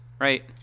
right